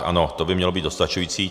Ano, to by mělo být dostačující.